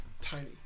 tiny